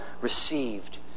received